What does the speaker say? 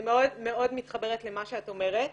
אני מאוד מאוד מתחברת למה שאת אומרת,